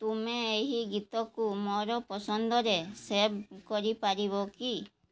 ତୁମେ ଏହି ଗୀତକୁ ମୋର ପସନ୍ଦରେ ସେଭ୍ କରିପାରିବ କି